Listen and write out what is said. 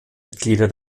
mitglieder